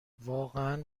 واقعا